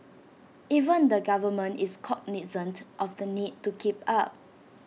even the government is cognisant of the need to keep up